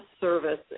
service